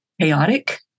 chaotic